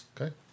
Okay